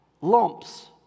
lumps